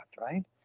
right